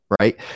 Right